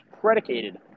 predicated